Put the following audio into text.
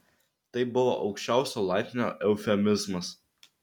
tai buvo aukščiausio laipsnio eufemizmas